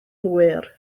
hwyr